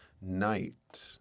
night